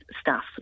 staff